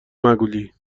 مگولی